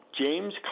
James